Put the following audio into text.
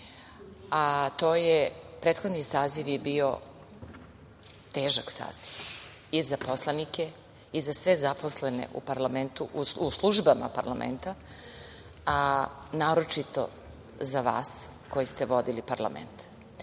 izgovorim. Prethodni saziv je bio težak saziv i za poslanike i za sve zaposlene u u službama parlamenta, a naročito za vas koji ste vodili parlament.